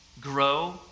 grow